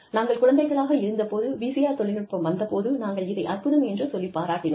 நாங்கள் குழந்தைகளாக இருந்தபோது VCR தொழில்நுட்பம் வந்த போது நாங்கள் இதை அற்புதம் என்று சொல்லி பாராட்டினோம்